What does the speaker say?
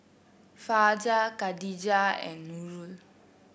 Fajar Khadija and Nurul